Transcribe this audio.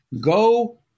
go